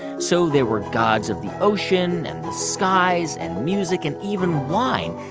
so there were gods of the ocean and the skies and music and even wine.